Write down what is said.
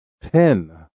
Pin